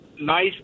nice